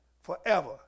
forever